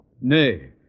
Nay